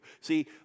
See